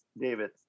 David